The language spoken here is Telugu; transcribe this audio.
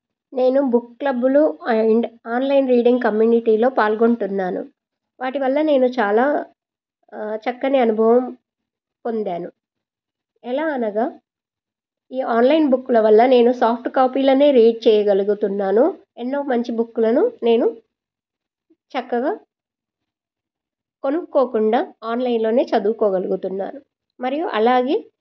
నేను బుక్ క్లబ్బులు అండ్ ఆన్లైన్ రీడింగ్ కమ్యూనిటీలో పాల్గొంటున్నాను వాటి వల్ల నేను చాలా చక్కని అనుభవం పొందాను ఎలా అనగా ఈ ఆన్లైన్ బుక్కుల వల్ల నేను సాఫ్ట్ కాపీలనే రీడ్ చేయగలుగుతున్నాను ఎన్నో మంచి బుక్కులను నేను చక్కగా కొనుక్కోకుండా ఆన్లైన్లోనే చదువుకోగలుగుతున్నాను మరియు అలాగే